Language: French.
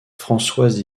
françoise